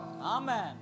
Amen